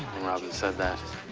when robyn said that,